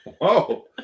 Whoa